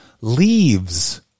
Leaves